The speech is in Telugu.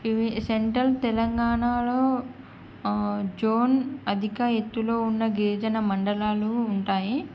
ఇవి సెంట్రల్ తెలంగాణలో జోన్ అధిక ఎత్తులో ఉన్న గిరిజన మండలాలు ఉంటాయి